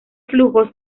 flujos